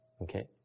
Okay